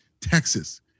Texas